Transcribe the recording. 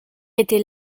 était